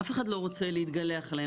אף אחד לא רוצה להתגלח עליהם.